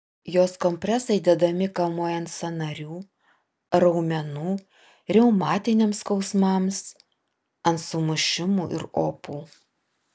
jos kompresai dedami kamuojant sąnarių raumenų reumatiniams skausmams ant sumušimų ir opų